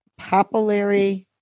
papillary